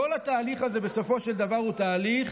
כל התהליך הזה בסופו של דבר הוא תהליך